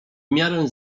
miarę